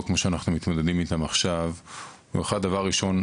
כמו שאנחנו מתמודדים איתן עכשיו זה דבר ראשון,